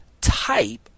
type